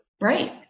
Right